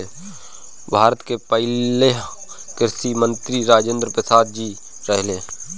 भारत के पहिला कृषि मंत्री राजेंद्र प्रसाद जी रहले